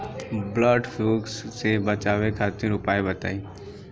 वड फ्लू से बचाव खातिर उपाय बताई?